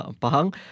Pahang